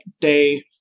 day